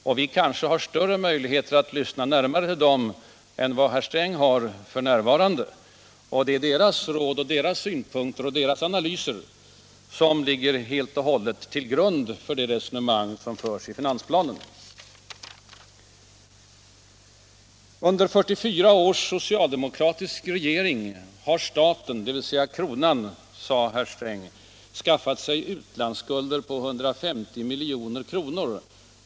Och vi kanske har större och närmare möjligheter att lyssna till dem än vad herr Sträng har f. n. Det är deras råd, deras synpunkter och deras analyser som ligger till grund för de resonemang som förs i finansplanen. Under 44 års socialdemokratisk regering har staten, dvs. kronan, sade herr Sträng, skaffat sig utlandsskulder på 150 milj.kr.